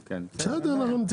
הרכב.